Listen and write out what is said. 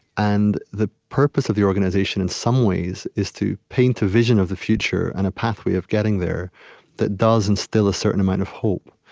and the purpose of the organization, in some ways, is to paint a vision of the future and a pathway of getting there that does instill a certain amount of hope.